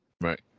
Right